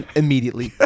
immediately